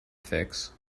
fix